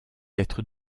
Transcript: être